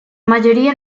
mayoría